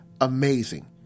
amazing